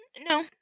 No